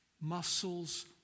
Muscles